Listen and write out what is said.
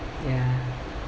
ya